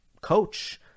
coach